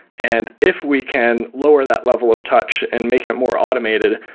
and if we can lower that level of touch and make it more automated,